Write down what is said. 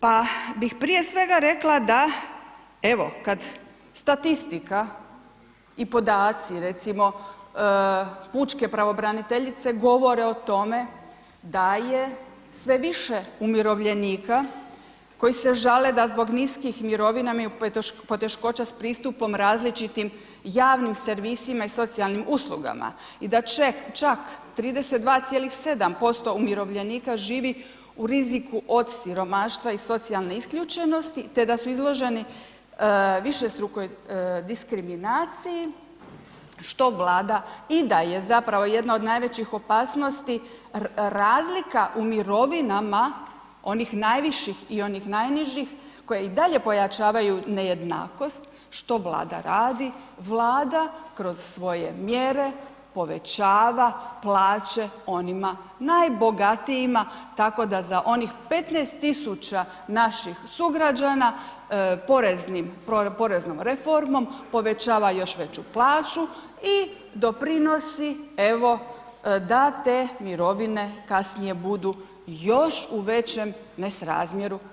Pa bih prije svega rekla da, evo kad statistika i podaci recimo pučke pravobraniteljice govore o tome da je sve više umirovljenika koji se žale da zbog niskih mirovina imaju poteškoća s pristupom različitim javnim servisima i socijalnim uslugama i da čak 32,7% umirovljenika živi u riziku od siromaštva i socijalne isključenosti te da su izloženi višestrukoj diskriminaciji što Vlada i da je zapravo jedna od najvećih opasnosti razlika u mirovinama onih najviših i onih najnižih koji i dalje pojačavaju nejednakost, što Vlada radi, Vlada kroz svoje mjere povećava plaće onima najbogatijima tako da za onih 15.000 naših sugrađana poreznom reformom povećava još veću plaću i doprinosi evo da te mirovine kasnije budu još u većem nesrazmjeru.